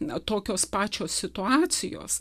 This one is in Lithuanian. na tokios pačios situacijos